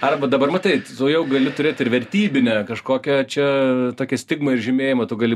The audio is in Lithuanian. arba dabar matai tu jau gali turėt ir vertybinę kažkokią čia tokią stigmą ir žymėjimą tu gali